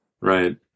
Right